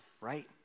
right